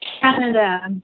Canada